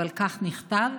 אבל כך נכתב,